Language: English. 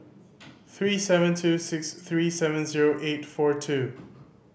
three seven two six three seven zero eight four two